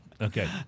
Okay